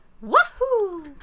Wahoo